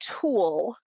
tool